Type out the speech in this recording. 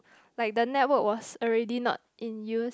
like the network was already not in use